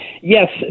Yes